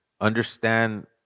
understand